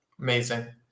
Amazing